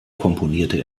komponierte